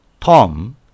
Tom